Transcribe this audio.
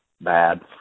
bad